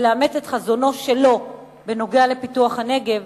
לאמץ את חזונו שלו בנוגע לפיתוח הנגב,